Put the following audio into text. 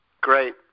Great